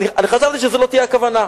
וחשבתי שזו לא תהיה הכוונה,